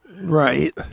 right